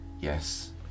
Yes